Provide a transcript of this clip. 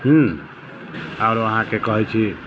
आओरों आहाँकेॅं कहै छी